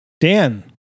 Dan